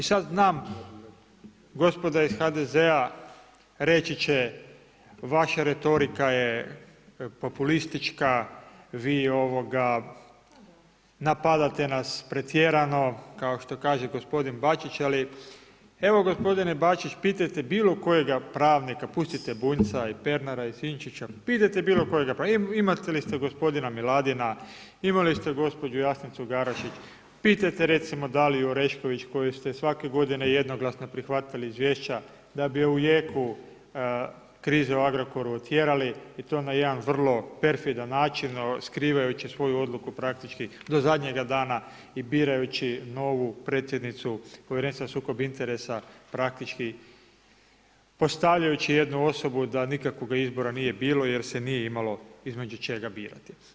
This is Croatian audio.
I sad znam gospoda iz HDZ-a reći će vaša retorika je populistička, vi napadate nas pretjerano kao što kaže gospodin Bačić ali evo gospodine Bačić, pitajte bilokojega pravnika, pustite Bunjca i Pernara i Sinčića, pitajte, imali ste gospodina Miladina, imali ste gospođu Jasnicu Garašić, pitajte recimo Daliju Orešković koju ste svake godine jednoglasno prihvatili izvješća da bi je u jeku krize u Agrokoru otjerali i to na jedan vrlo perfidan način, skrivajući svoju odluku praktički do zadnjega dana i birajući novi predsjednicu Povjerenstva za sukob interesa, praktički postavljajući jednu osobu da nikakvoga izbora nije bilo jer se nije imalo između čega birati.